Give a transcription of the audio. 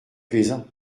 plaisant